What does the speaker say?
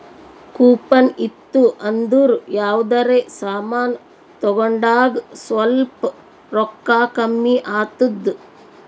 coupon ಇತ್ತು ಅಂದುರ್ ಯಾವ್ದರೆ ಸಮಾನ್ ತಗೊಂಡಾಗ್ ಸ್ವಲ್ಪ್ ರೋಕ್ಕಾ ಕಮ್ಮಿ ಆತ್ತುದ್